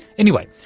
anyway,